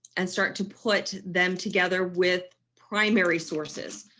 and start to put them together with primary sources.